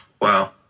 Wow